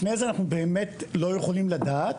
לפני זה אנחנו באמת לא יכולים לדעת.